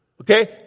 Okay